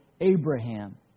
Abraham